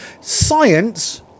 science